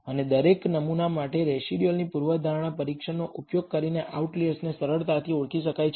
અને દરેક નમૂના માટેના રેસિડયુઅલની પૂર્વધારણા પરીક્ષણનો ઉપયોગ કરીને આઉટલિઅર્સને સરળતાથી ઓળખી શકાય છે